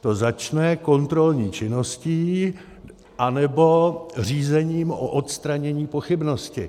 To začne kontrolní činností, anebo řízením o odstranění pochybnosti.